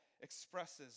expresses